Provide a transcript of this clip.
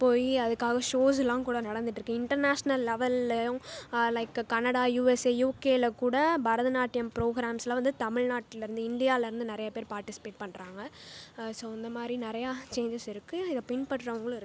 போயி அதுக்காக ஷோஸ்ஸெலாம் கூட நடந்துகிட்டுருக்கு இன்டெர்நேஷ்னல் லெவெல்லையும் லைக்கு கனடா யூஎஸ்ஏ யூகேயில் கூட பரதநாட்டியம் ப்ரோகிராம்ஸ்லாம் வந்து தமிழ்நாட்லேருந்து இந்தியாவிலேருந்து நிறைய பேர் பார்ட்டிஸ்ப்பேட் பண்ணுறாங்க ஸோ இந்தமாதிரி நெறையா சேஞ்சஸ் இருக்குது இதை பின்பற்றவங்களும் இருக்காங்க